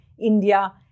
India